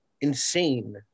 insane